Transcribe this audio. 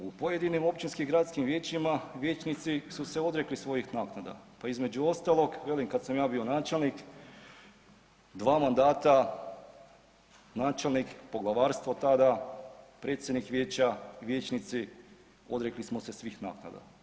U pojedinim općinskim gradskim vijećima vijećnici su se odrekli svojih naknada pa između ostalog velim kada sam ja bio načelnik dva mandata načelnik poglavarstvo tada, predsjednik vijeća, vijećnici odrekli smo se svih naknada.